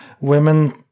women